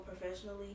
professionally